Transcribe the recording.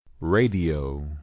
radio